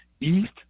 East